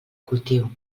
cultiu